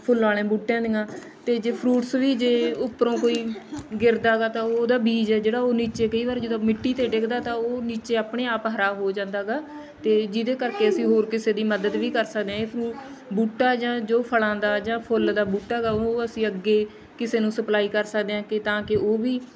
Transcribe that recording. ਫੁੱਲਾਂ ਵਾਲੇ ਬੂਟਿਆਂ ਦੀਆਂ ਅਤੇ ਜੇ ਫਰੂਟਸ ਵੀ ਜੇ ਉੱਪਰੋਂ ਕੋਈ ਗਿਰਦਾ ਹੈਗਾ ਤਾਂ ਉਹਦਾ ਬੀਜ ਜਿਹੜਾ ਉਹ ਨੀਚੇ ਕਈ ਵਾਰ ਜਦੋਂ ਮਿੱਟੀ 'ਤੇ ਡਿੱਗਦਾ ਤਾਂ ਉਹ ਨੀਚੇ ਆਪਣੇ ਆਪ ਹਰਾ ਹੋ ਜਾਂਦਾ ਹੈਗਾ ਅਤੇ ਜਿਹਦੇ ਕਰਕੇ ਅਸੀਂ ਹੋਰ ਕਿਸੇ ਦੀ ਮਦਦ ਵੀ ਕਰ ਸਕਦੇ ਹਾਂ ਫਰੂ ਬੂਟਾ ਜਾਂ ਜੋ ਫਲਾਂ ਦਾ ਜਾਂ ਫੁੱਲ ਦਾ ਬੂਟਾ ਹੈਗਾ ਉਹ ਅਸੀਂ ਅੱਗੇ ਕਿਸੇ ਨੂੰ ਸਪਲਾਈ ਕਰ ਸਕਦੇ ਹਾਂ ਕਿ ਤਾਂ ਕਿ ਉਹ ਵੀ